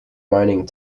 mining